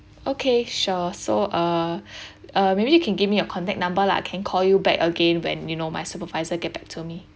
okay sure so uh uh maybe you can give me your contact number lah I can call you back again when you know my supervisor get back to me